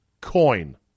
coin